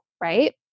right